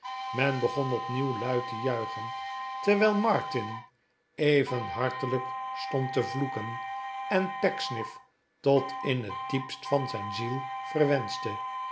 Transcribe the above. men begon opnieuw luid te juichen terwijl martin even hartelijk stond te vloeken en pecksniff tot in het diepst van zijn ziel verwenschte